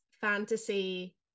fantasy